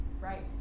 Right